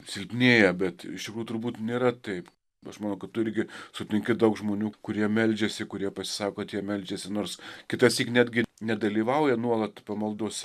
silpnėja bet iš tikrųjų turbūt nėra taip aš manau kad tu irgi sutinki daug žmonių kurie meldžiasi kurie pasisako tie meldžiasi nors kitąsyk netgi nedalyvauja nuolat pamaldos